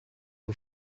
who